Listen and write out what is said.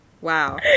Wow